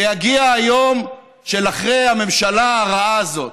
ויגיע היום של אחרי הממשלה הרעה הזאת.